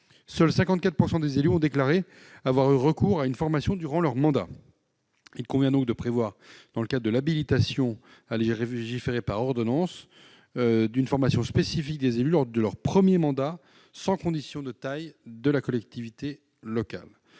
seulement 54 % des élus ont déclaré avoir eu recours à une formation durant leur mandat. Il convient donc de prévoir, dans le cadre de l'habilitation à légiférer par ordonnance, une formation spécifique des élus lors de leur premier mandat, sans condition de taille de la collectivité locale.